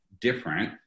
different